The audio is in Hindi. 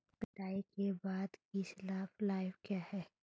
कटाई के बाद की शेल्फ लाइफ क्या है?